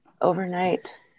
overnight